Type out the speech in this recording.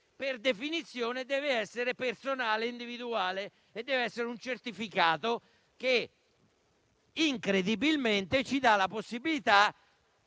per definizione deve essere personale, individuale; deve essere un certificato, che, incredibilmente, ci dà la possibilità